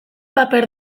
paper